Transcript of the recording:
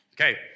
Okay